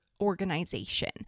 organization